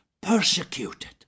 persecuted